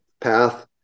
path